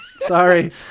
Sorry